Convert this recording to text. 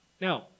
Now